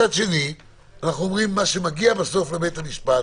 מצד שני, מה שמגיע בסוף לבית המשפט